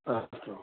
अस्तु